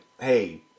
hey